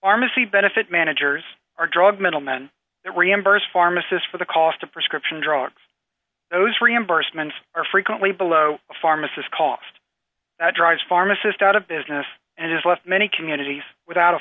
pharmacy benefit managers or drug middlemen that reimburse pharmacists for the cost of prescription drugs those reimbursements are frequently below a pharmacist cost that drives pharmacist out of business and has left many communities without a